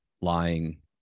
lying